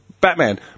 Batman